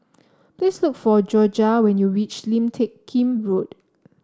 please look for Jorja when you reach Lim Teck Kim Road